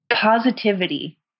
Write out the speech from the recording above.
positivity